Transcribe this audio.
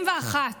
41,